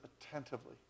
attentively